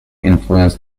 influenced